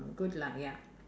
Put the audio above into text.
good lah ya